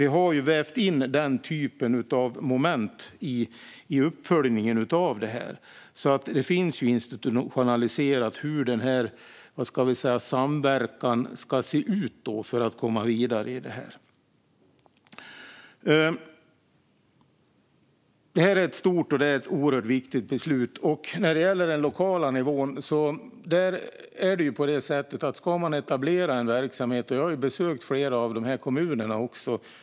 Vi har vävt in den typen av moment i uppföljningen av det här. Det finns alltså institutionaliserat hur samverkan ska se ut för att vi ska komma vidare i detta. Detta är ett stort och oerhört viktigt beslut. Det gäller den lokala nivån och att etablera en verksamhet. Jag har besökt flera av dessa kommuner.